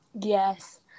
Yes